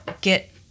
get